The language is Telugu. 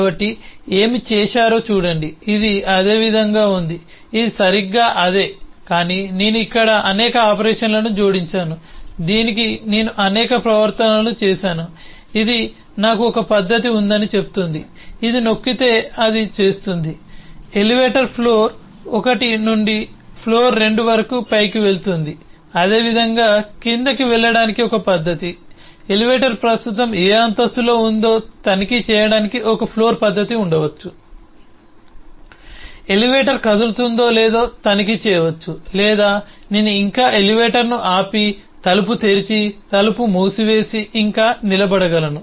కాబట్టి ఏమి చేశారో చూడండి ఇది అదే విధంగా ఉంది ఇది సరిగ్గా అదే కానీ నేను ఇక్కడ అనేక ఆపరేషన్లను జోడించాను దీనికి నేను అనేక ప్రవర్తనలు చేసాను ఇది నాకు ఒక పద్ధతి ఉందని చెప్తుంది ఇది నొక్కితే అది చేస్తుంది ఎలివేటర్ ఫ్లోర్ 1 నుండి ఫ్లోర్ 2 వరకు పైకి వెళ్తుంది అదేవిధంగా క్రిందికి వెళ్ళడానికి ఒక పద్ధతి ఎలివేటర్ ప్రస్తుతం ఏ అంతస్తులో ఉందో తనిఖీ చేయడానికి ఒక ఫ్లోర్ పద్ధతి ఉండవచ్చు ఎలివేటర్ కదులుతుందో లేదో తనిఖీ చేయవచ్చు లేదా నేను ఇంకా ఎలివేటర్ను ఆపి తలుపు తెరిచి తలుపు మూసివేసి ఇంకా నిలబడగలను